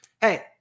hey